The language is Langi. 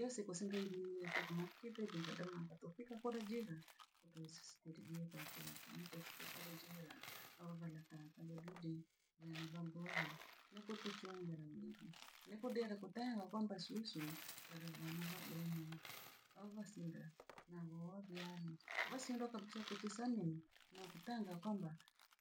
Iyo siku si iri nyimira tuku, makidri ndinkadoma batokeko kula jiga utusisi uri yitataniki ntostokora jira aho bhaila taata bodri jenge, neneva mbonya nakotochungera mlevii nekudenga kutenga kwamba nsusu aho bhasingra na ng'oobiandi. Basindo kabisa kotosamri na kutanda kwamba